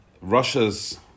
Russia's